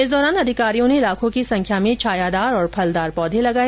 इस दौरान अधिकारियों ने लाखों की संख्या में छायादार और फलदार पौधे लगाए